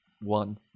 one